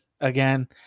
again